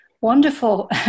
wonderful